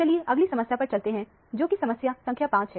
चलिए आगली समस्या पर चलते हैं जो की समस्या संख्या 5 है